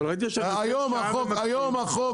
היום החוק